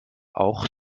auch